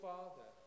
Father